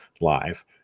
live